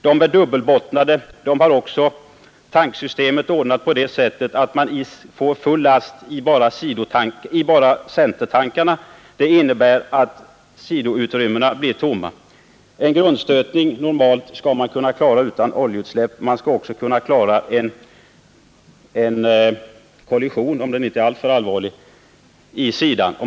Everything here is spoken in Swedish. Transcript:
De är dubbelbottnade och har tanksystemet ordnat på det sättet att de får full last med bara centertankarna när tjockare oljor fraktas. Sidotankarna blir tomma. Dessa fartyg kan klara en lättare grundstötning utan oljeutsläpp. De skall också kunna klara en kollision, om den inte är alltför allvarlig.